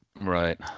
Right